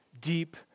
deep